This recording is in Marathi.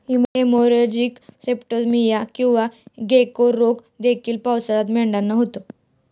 हेमोरेजिक सेप्टिसीमिया किंवा गेको रोग देखील पावसाळ्यात मेंढ्यांना होतो